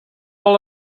all